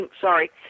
sorry